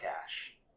cash